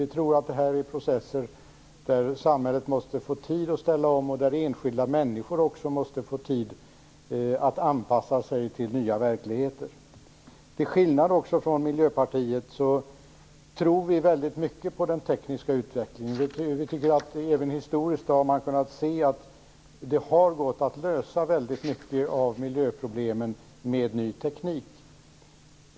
Vi tror att samhället i dessa processer måste få tid på sig för en omställning. Också enskilda människor måste få tid på sig för att anpassa sig till nya verkligheter. Till skillnad från Miljöpartiet tror vi väldigt mycket på den tekniska utvecklingen. Även historiskt kan man se att det har gått att lösa väldigt många miljöproblem med ny teknik.